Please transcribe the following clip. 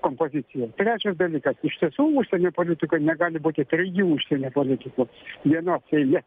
komopozicija trečias dalykas iš tiesų užsienio politikoj negali būti trijų užsienio politikų vienos seima